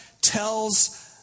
tells